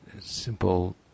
simple